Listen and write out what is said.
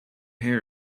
hair